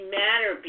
matter